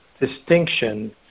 distinction